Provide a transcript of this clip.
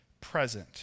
present